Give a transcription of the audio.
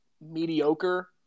mediocre